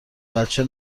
بچه